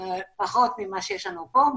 פחות ממה שיש לנו פה,